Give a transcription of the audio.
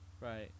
Right